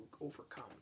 overcome